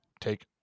take